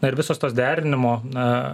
na ir visos tos derinimo na